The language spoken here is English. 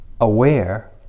aware